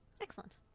Excellent